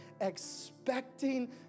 expecting